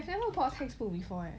you never go after school before leh